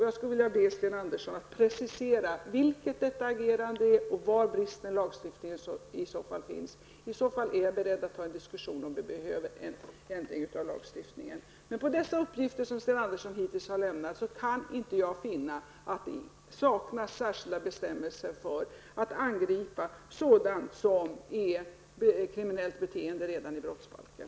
Jag skulle vilja be Sten Andersson att precisera vilket detta agerande är och var bristen i lagstiftningen finns. I så fall är jag beredd att ta en diskussion om huruvida vi behöver en ändring av lagstiftningen. Men på grundval av de uppgifter som Sten Andersson hittills har lämnat kan inte jag finna att det saknas särskilda bestämmelser för att angripa sådant som är kriminellt beteende redan enligt brottsbalken.